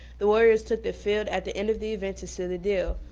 the warriors took the field at the end of the event to seal the deal.